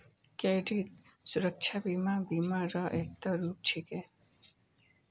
credit सुरक्षा बीमा बीमा र एकता रूप छिके